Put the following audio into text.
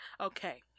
Okay